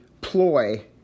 ploy